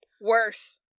worse